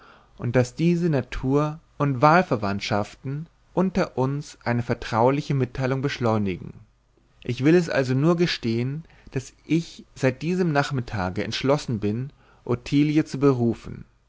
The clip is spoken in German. und daß diese natur und wahlverwandtschaften unter uns eine vertrauliche mitteilung beschleunigen ich will es also nur gestehen daß ich seit diesem nachmittage entschlossen bin ottilien zu berufen